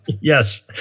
Yes